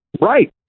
Right